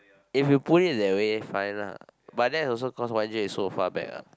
if you put it that way fine lah but that's also cause Y_J is so far back lah